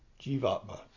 Jivatma